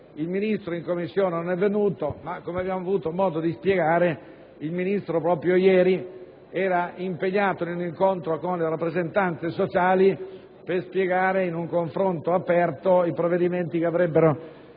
il Ministro in Commissione non è venuto, ma, come abbiamo avuto modo di spiegare, proprio ieri era impegnato in un incontro con le rappresentanze sociali per illustrare in un confronto aperto i provvedimenti che sarebbero